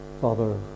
Father